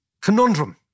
conundrum